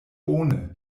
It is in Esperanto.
bone